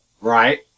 Right